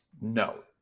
No